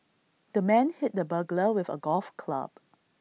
the man hit the burglar with A golf club